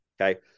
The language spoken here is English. Okay